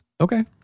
Okay